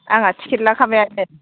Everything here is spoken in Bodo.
आंहा टिकेट लाखाबायानो